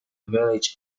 village